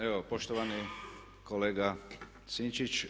Evo poštovani kolega Sinčić.